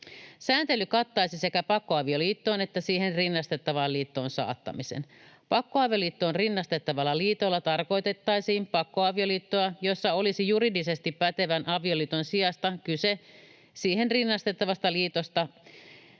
Sääntely kattaisi sekä pakkoavioliittoon että siihen rinnastettavaan liittoon saattamisen. Pakkoavioliittoon rinnastettavalla liitolla tarkoitettaisiin pakkoavioliittoa, jossa olisi juridisesti pätevän avioliiton sijasta kyse siihen rinnastettavasta liitosta,